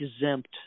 exempt